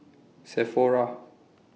Sephora